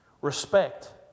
respect